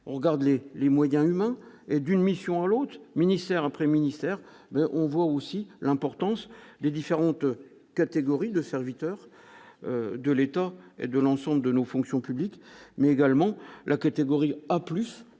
regardez les moyens humains et d'une mission à l'autre ministère après ministère, on voit aussi l'importance des différentes catégories de serviteurs de l'État et de l'ensemble de nos fonctions publiques mais également la catégorie A